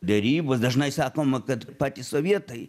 derybos dažnai sakoma kad patys sovietai